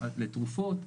לתרופות,